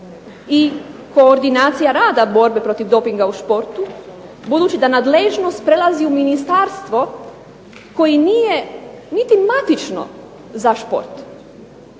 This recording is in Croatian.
i koordinacije rada borbe protiv dopinga u športu, budući da nadležnost prelazi u ministarstvo koje niti matično za šport?